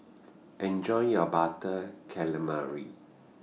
Enjoy your Butter Calamari